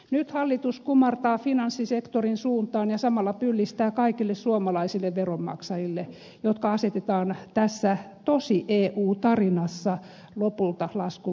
nyt hallitus kumartaa finanssisektorin suuntaan ja samalla pyllistää kaikille suomalaisille veronmaksajille jotka asetetaan tässä tosi eu tarinassa lopulta laskun maksajan rooliin